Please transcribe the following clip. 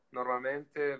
normalmente